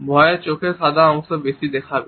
ভয়ে চোখের সাদা অংশ বেশি দেখাবে